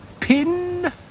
pin